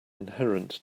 inherent